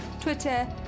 twitter